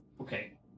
Okay